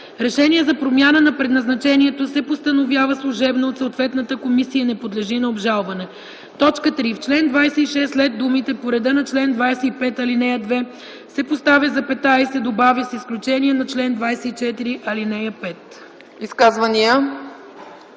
решение за промяна на предназначението се постановява служебно от съответната комисия и не подлежи на обжалване.” 3. В чл. 26 след думите „по реда на чл. 25, ал. 2” се поставя запетая и се добавя „с изключение на чл. 24, ал. 5”.”